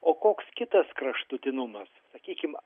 o koks kitas kraštutinumas sakykim